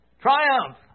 Triumph